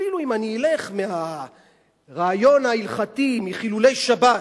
אפילו אם אני אלך מהרעיון ההלכתי, מחילולי שבת.